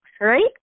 right